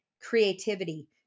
creativity